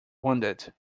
wounded